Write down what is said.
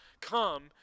come